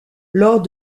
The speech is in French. lors